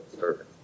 Service